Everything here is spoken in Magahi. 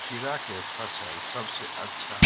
खीरा के फसल सबसे अच्छा